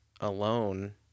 alone